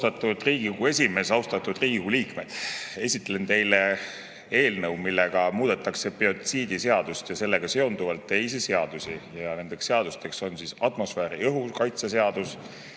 esimees! Austatud Riigikogu liikmed! Esitlen teile eelnõu, millega muudetakse biotsiidiseadust ja sellega seonduvalt teisi seadusi. Need seadused on atmosfääriõhu kaitse seadus,